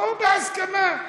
בואו בהסכמה.